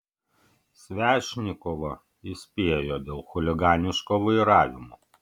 svešnikovą įspėjo dėl chuliganiško vairavimo